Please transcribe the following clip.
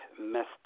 messed